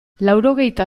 laurogeita